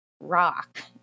rock